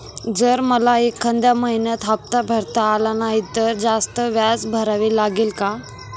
जर मला एखाद्या महिन्यात हफ्ता भरता आला नाही तर जास्त व्याज भरावे लागेल का?